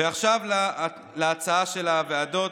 ועכשיו להצעה של הוועדות,